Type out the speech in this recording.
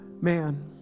Man